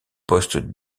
poste